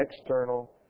external